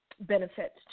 benefits